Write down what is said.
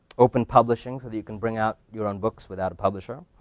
open publishing so you can bring out your own books without a publisher.